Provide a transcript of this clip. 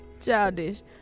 childish